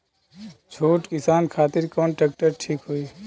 छोट किसान खातिर कवन ट्रेक्टर ठीक होई?